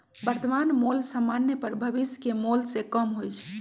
वर्तमान मोल समान्य पर भविष्य के मोल से कम होइ छइ